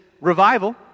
Revival